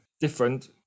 different